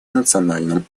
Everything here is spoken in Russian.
национальном